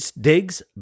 digs